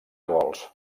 gols